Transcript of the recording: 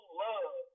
love